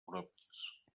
propis